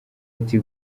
ati